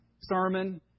sermon